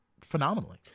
phenomenally